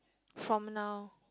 from now